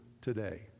today